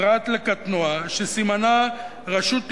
פרט לקטע שסימנה רשות תמרור,